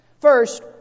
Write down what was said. First